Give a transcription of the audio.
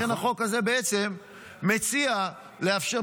לכן החוק הזה בעצם מציע לאפשר,